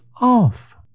off